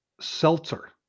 seltzer